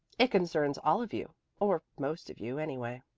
it concerns all of you or most of you anyway.